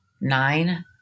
nine